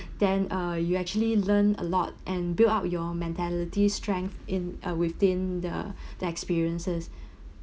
then uh you actually learned a lot and build up your mentality strength in uh within the the experiences